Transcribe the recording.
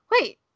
wait